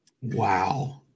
Wow